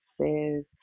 says